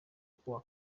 kuwa